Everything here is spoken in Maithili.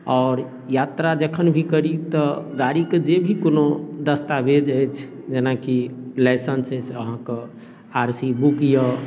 आओर यात्रा जखन भी करी तऽ गाड़ीके जे भी कोनो दस्तावेज अछि जेनाकि लाइसेन्स अछि अहाँके आर सी बुक अइ